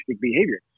behavior